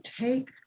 take